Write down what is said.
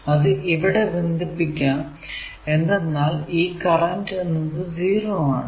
അത് ഇവിടെ ബന്ധിപ്പിക്കാം എന്തെന്നാൽ ഈ കറന്റ് എന്നത് 0 ആണ്